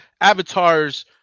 avatars